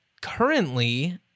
currently